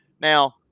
now